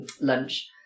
lunch